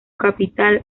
capital